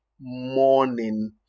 morning